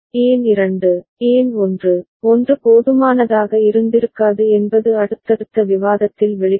ஏன் 2 ஏன் 1 1 போதுமானதாக இருந்திருக்காது என்பது அடுத்தடுத்த விவாதத்தில் வெளிப்படும்